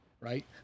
right